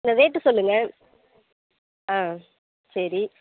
இல்லை ரேட்டு சொல்லுங்க ஆ சரி